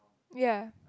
ya